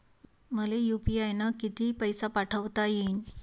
मले यू.पी.आय न किती पैसा पाठवता येईन?